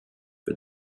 but